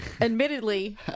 admittedly